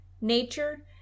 nature